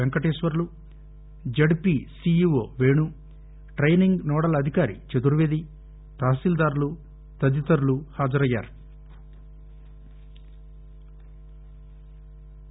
Venkateswarlu ZP C E O పేణు training nodal అధికారి చతుర్వేది తహశీల్దార్లు తదితరులు హాజరయ్యారు